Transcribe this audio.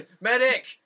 Medic